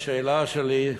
השאלה שלי,